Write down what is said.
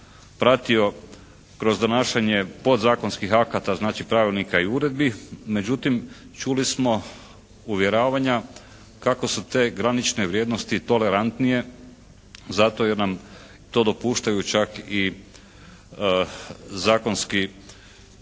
pratio kroz donašanje podzakonskih akata znači, pravilnika i uredbi. Međutim, čuli smo uvjeravanja kako su te granične vrijednosti tolerantnije zato jer nam to dopuštaju čak i zakonske